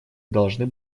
должны